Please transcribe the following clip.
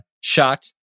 shot